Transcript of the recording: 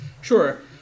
Sure